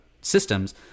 systems